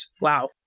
Wow